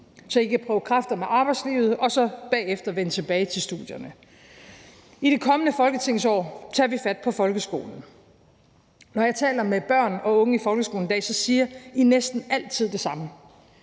så I kan prøve kræfter med arbejdslivet og bagefter vende tilbage til studierne. I det kommende folketingsår tager vi fat på folkeskolen. Når jeg taler med jer børn og unge i folkeskolen i dag, siger I næsten altid det samme: